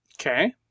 Okay